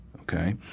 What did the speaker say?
okay